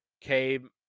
came